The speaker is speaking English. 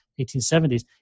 1870s